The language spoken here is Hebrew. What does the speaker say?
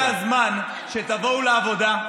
הזמן שתבואו לעבודה.